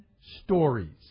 stories